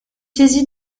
saisi